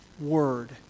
word